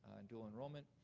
and dual enrollment.